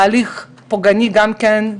ההליך פוגעני גם כן,